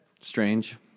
strange